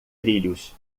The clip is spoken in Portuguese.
trilhos